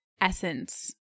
essence